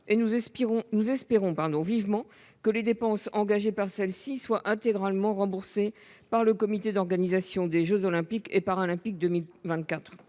et nous espérons vivement que les dépenses qu'elle engagera seront intégralement remboursées par le Comité d'organisation des jeux Olympiques et Paralympiques 2024.